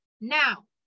Now